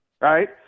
right